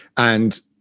and,